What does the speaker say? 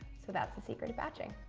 so, that's the secret of batching.